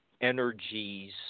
energies